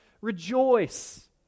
rejoice